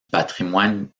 patrimoine